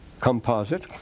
composite